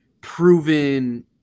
proven